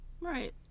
right